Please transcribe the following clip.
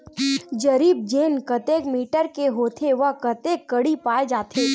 जरीब चेन कतेक मीटर के होथे व कतेक कडी पाए जाथे?